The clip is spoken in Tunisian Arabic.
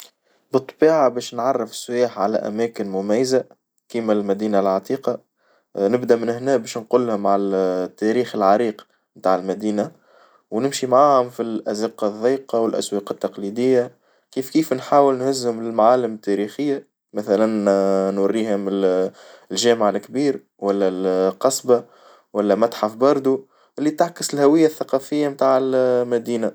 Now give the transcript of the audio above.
بالطبيعة باش نعرف السياح على أماكن مميزة، كيما المدينة العتيقة، نبدأ هنا باش نقولها مع التاريخ العريق نتاع المدينة ونمشي معهم في الأزقة الظيقة والأسواق التقليدية، كيف كيف نحاول نهزهم للمعالم التاريخية، مثلا نوريهم الجامع كبير والا القصبة والا متحف باردو اللي تعكس الهوية الثقافية متاع المدينة.